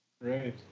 Right